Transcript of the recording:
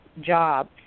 job